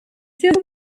still